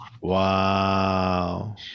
Wow